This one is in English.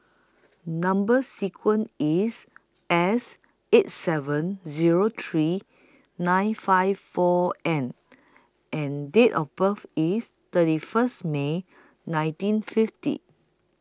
Number sequence IS S eight seven Zero three nine five four N and Date of birth IS thirty First May nineteen fifty